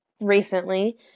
recently